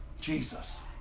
Jesus